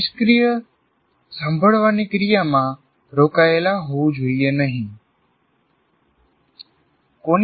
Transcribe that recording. નિષ્ક્રીય સાંભળવાની ક્રિયામાં રોકાયેલા હોવું જોઈએ નહીં દુર્ભાગ્યે જે મોટાભાગના સમયે થાય છે